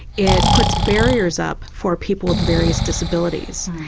it puts barriers up for people with various disabilities.